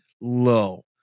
low